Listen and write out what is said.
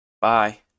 bye